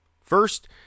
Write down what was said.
First